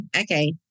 Okay